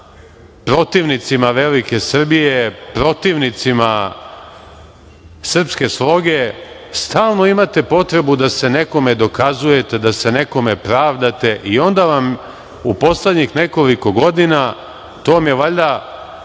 protivnicima velike Srbije, protivnicima srpske sloge stalno imate potrebu da se nekome dokazujete, da se nekome pravdate i onda u poslednjih nekoliko godina, to vam je valjda